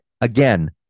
again